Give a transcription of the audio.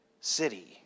city